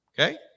Okay